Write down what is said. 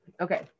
Okay